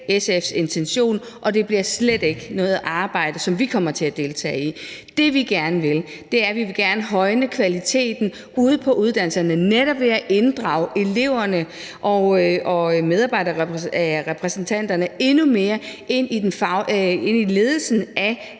SF's intention, og det bliver slet ikke noget arbejde, som vi kommer til at deltage i. Det, vi gerne vil, er, at vi gerne vil højne kvaliteten ude på uddannelserne netop ved at inddrage eleverne og medarbejderrepræsentanterne endnu mere i ledelsen af